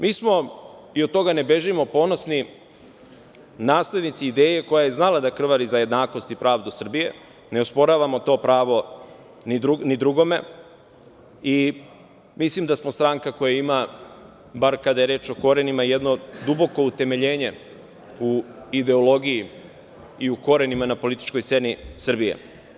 Mi smo, i od toga ne bežimo, ponosni naslednici ideje koja je znala da krvari za jednakost i pravdu Srbije, ne osporavamo to pravo ni drugome, i mislim da smo stranka koja ima, bar kada je reč o korenima, jedno duboko utemeljenje u ideologiji i u korenima na političkoj sceni Srbije.